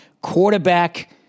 quarterback